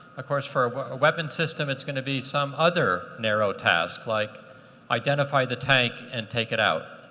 ah course, for a weapons system, it's going to be some other narrow task, like identify the tank and take it out.